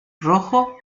rojo